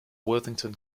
worthington